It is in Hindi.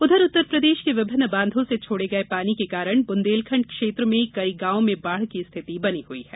उधर उत्तरप्रदेश के विभिन्न बांधों से छोड़े गये पानी के कारण बुंदेलखंड क्षेत्र में कई गांवों में बाढ़ की स्थिति बनी हुई है